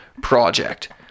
project